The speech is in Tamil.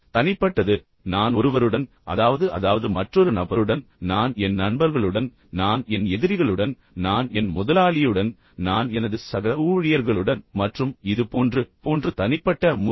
தனிப்பட்டது நான் ஒருவருடன் அதாவது அதாவது மற்றொரு நபருடன் நான் என் நண்பர்களுடன் நான் என் எதிரிகளுடன் நான் என் முதலாளியுடன் நான் எனது சக ஊழியர்களுடன் மற்றும் இது போன்று போன்று தனிப்பட்ட முறையில்